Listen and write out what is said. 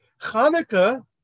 Hanukkah